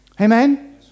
Amen